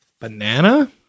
Banana